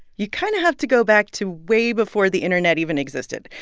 you kind of have to go back to way before the internet even existed,